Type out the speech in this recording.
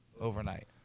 overnight